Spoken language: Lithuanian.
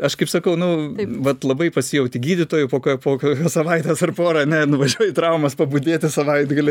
aš kaip sakau nu vat labai pasijauti gydytoju po po kokios savaitės ar pora ene nuvažiuoji į traumas pabudėti savaitgalį